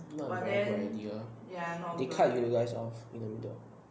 not a very good idea they cut you guys off in the middle